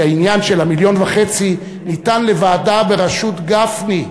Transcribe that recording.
העניין של 1.5 מיליון ניתן לוועדה בראשות גפני,